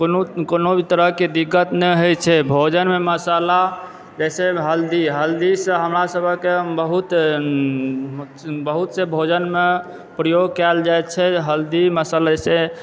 कोनो कोनो भी तरहके दिक्कत नहि होए छै भोजन मे मसाला जैसे हल्दी हल्दी सॅं हमरा सबके बहुत बहुत से भोजन मे प्रयोग कयल जाइत छै हल्दी मसाला से